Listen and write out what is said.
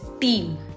team